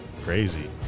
crazy